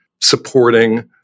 supporting